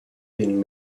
been